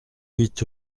huit